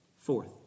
Fourth